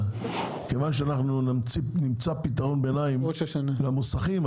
כיוון שנמצא פתרון ביניים למוסכים,